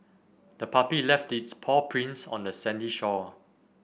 the puppy left its paw prints on the sandy shore